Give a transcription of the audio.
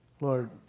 Lord